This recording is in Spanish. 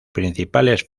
principales